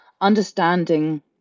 understanding